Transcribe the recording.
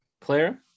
Claire